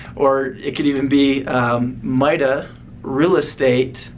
or it could even be mida real estate